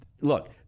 Look